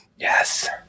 Yes